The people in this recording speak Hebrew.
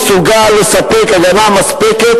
במצב הקיים אינו מסוגל לספק הגנה מספקת